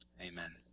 amen